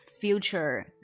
future